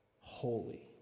holy